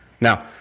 Now